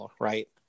right